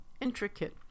intricate